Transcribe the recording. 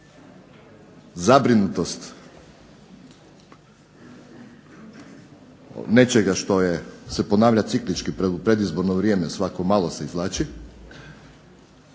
zabrinutost nečega što se ponavlja ciklički u predizborno vrijeme, svako malo se izvlači.